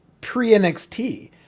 pre-NXT